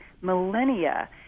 millennia